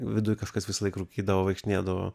viduj kažkas visąlaik rūkydavo vaikštinėdavo